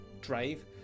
drive